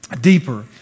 deeper